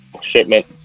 shipment